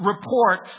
report